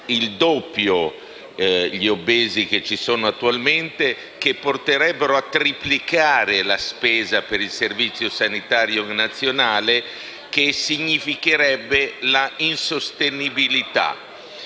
il doppio di quelli che ci sono attualmente, il che porterebbe a triplicare la spesa per il Servizio sanitario nazionale e ciò significherebbe la insostenibilità.